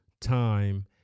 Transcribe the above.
time